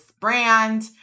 brand